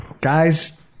guys